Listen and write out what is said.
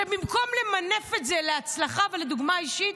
ובמקום למנף את זה להצלחה ולדוגמה אישית,